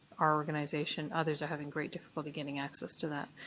our organisation, others are having great difficulty getting access to that,